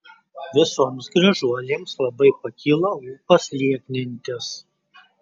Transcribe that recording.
visoms gražuolėms labai pakyla ūpas lieknintis